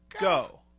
go